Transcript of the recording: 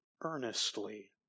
earnestly